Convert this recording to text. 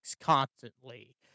constantly